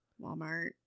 Walmart